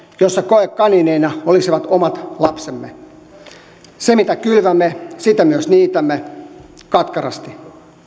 jossa koekaniineina olisivat omat lapsemme sitä mitä kylvämme sitä myös niitämme katkerasti